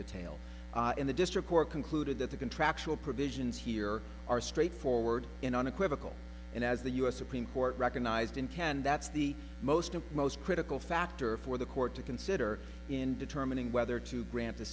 detail in the district court concluded that the contractual provisions here are straightforward and unequivocal and as the u s supreme court recognized in can that's the most of the most critical factor for the court to consider in determining whether to gran